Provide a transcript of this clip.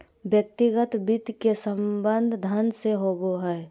व्यक्तिगत वित्त के संबंध धन से होबो हइ